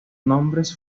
nombres